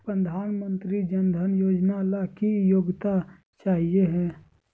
प्रधानमंत्री जन धन योजना ला की योग्यता चाहियो हे?